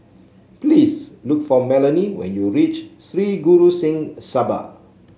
please look for Melonie when you reach Sri Guru Singh Sabha